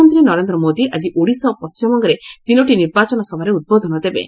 ପ୍ରଧାନମନ୍ତ୍ରୀ ନରେନ୍ଦ୍ର ମୋଦି ଆଜି ଓଡ଼ିଶା ଓ ପଶ୍ଚିମବଙ୍ଗରେ ତିନୋଟି ନିର୍ବାଚନ ସଭାରେ ଉଦ୍ବୋଧନ ଦେବେ